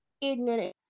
ignorant